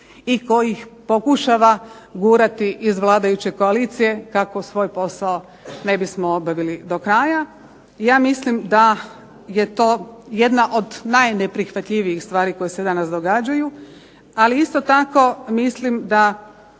i koji ih pokušava gurati iz vladajuće koalicije kako svoj posao ne bismo obavili do kraja. Ja mislim da je to jedna od najneprihvatljivijih stvari koje se danas događaju. Ali isto tako mislim da